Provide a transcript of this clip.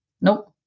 Nope